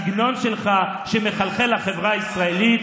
זה הסגנון שלך, שמחלחל לחברה הישראלית.